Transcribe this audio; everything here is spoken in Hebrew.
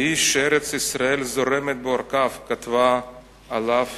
האיש ש"ארץ-ישראל זורמת בעורקיו" כתבה עליו